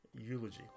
eulogy